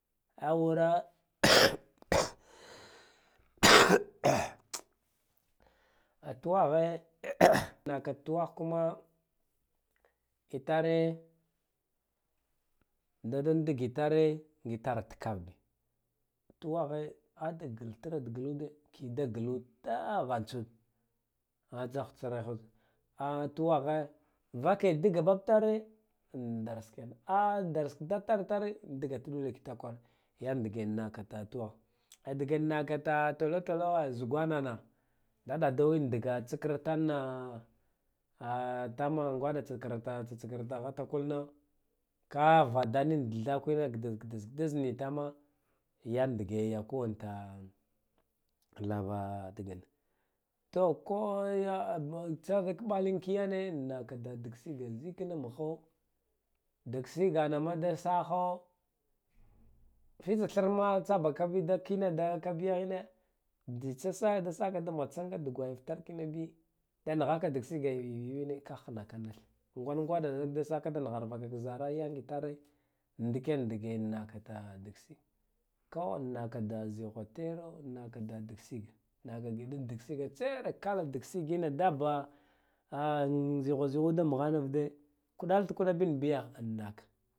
A wure tuwaghe na ka tuwagh kama itare da dige itare ngi tare tikav bi tuwa ghe a da giltira da gil ude ki da gilu daghan tsude ghajah tsir nude tuwaghe vake diga babtare in dars kiyane a darse ka dadtare itare indiga vake kita kwan yan dige naka tuwagh dige naka totolowe zigwanna na da dadain diga tsukiritanna a tama ngwada tsikirita ghatakul na tama ngwada tsikirita ghatakul na ka vadanin da thakwine gidiz gidiz niya tama yan dige yaku te lava budina to ko ya tsa zak balin kiyane naka da digsiga zikin mugha digsigana ma da saha titsathir ma tsabaka bi dakine da ka biya hine jitsa saka sa mugha tsa nga dugwaya fatar kina bi da nighaka digsiga yuyuw in ka henaka nith ngwada ngwada zak da saka da nighar vaka zara yanga itare ndiken dige naka ta digsiga ka in naka da zigho tare in naka de digsiga tsera kalak digsigh ine daba zigho zegho ude in mugha nivude kudal kuda bin biya in naka